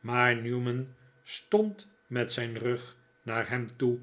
maar newman stond met zijn rug naar hem toe